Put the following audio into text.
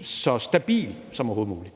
så stabil som overhovedet muligt.